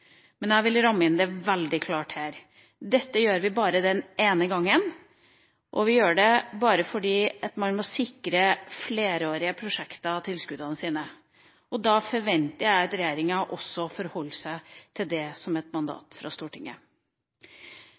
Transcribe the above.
Men jeg vil ramme det veldig klart inn her: Dette gjør vi bare denne ene gangen, og vi gjør det bare fordi man må sikre flerårige prosjekter tilskuddene sine. Da forventer jeg at regjeringa også forholder seg til det som et mandat fra Stortinget.